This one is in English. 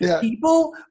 people